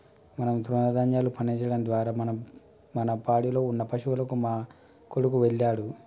మనం తృణదాన్యాలు పండించడం ద్వారా మనం మన పాడిలో ఉన్న పశువులకు మా కొడుకు వెళ్ళాడు